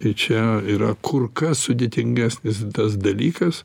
tai čia yra kur kas sudėtingesnis tas dalykas